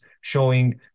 showing